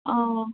অ'